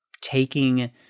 taking